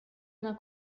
una